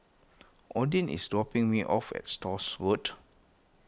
Odin is dropping me off at Stores Road